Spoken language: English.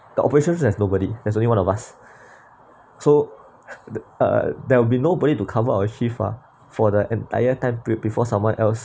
the operations room there's nobody there's only one of us so the uh there will be nobody to cover a shift ah for the entire time period before someone else